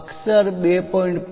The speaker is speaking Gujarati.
અક્ષર 2